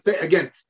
Again